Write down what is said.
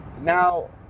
now